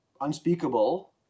unspeakable